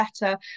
better